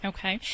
Okay